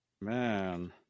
man